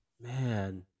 man